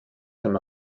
dem